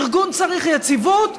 ארגון צריך יציבות,